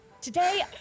Today